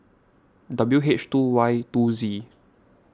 W H two Y two Z